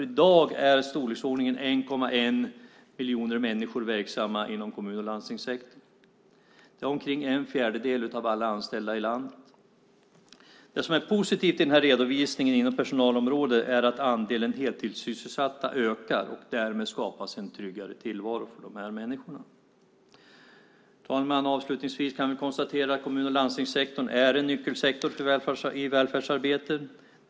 I dag är i storleksordningen 1,1 miljon människor verksamma inom kommun och landstingssektorn. Det är omkring en fjärdedel av alla anställda i landet. Det som är positivt i den här redovisningen inom personalområdet är att andelen heltidssysselsatta ökar, och därmed skapas en tryggare tillvaro för människorna. Herr talman! Avslutningsvis kan vi konstatera att kommun och landstingssektorn är en nyckelsektor i välfärdsarbetet.